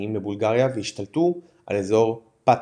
יווניים לבולגריה והשתלטו על אזור פטריץ'.